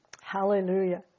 Hallelujah